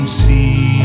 see